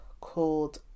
called